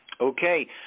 Okay